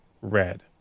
red